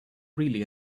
really